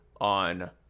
on